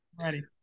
Ready